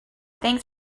thanks